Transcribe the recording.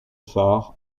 far